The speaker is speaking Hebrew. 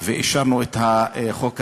ואישרנו את החוק הזה.